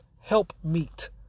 helpmeet